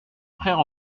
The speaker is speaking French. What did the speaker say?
frère